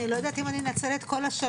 אני לא יודעת אם אני אנצל את כל השלוש